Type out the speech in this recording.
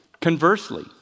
Conversely